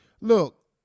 Look